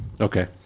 Okay